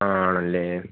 ആണല്ലേ